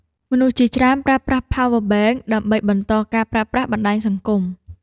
មនុស្សជាច្រើនប្រើប្រាស់ Power Bank ដើម្បីបន្តការប្រើប្រាស់បណ្តាញសង្គម។